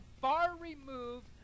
far-removed